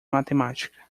matemática